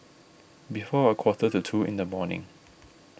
before a quarter to two in the morning